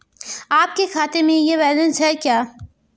आपके खाते में यह बैलेंस है क्या?